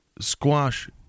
squash